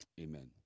Amen